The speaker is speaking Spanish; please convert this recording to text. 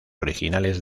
originales